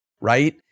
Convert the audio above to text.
right